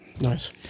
Nice